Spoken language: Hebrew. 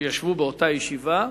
שישבו באותה ישיבה,